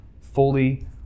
fully